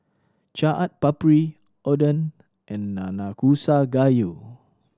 Chaat Papri Oden and Nanakusa Gayu